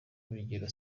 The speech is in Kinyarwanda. urugero